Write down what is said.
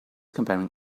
comparing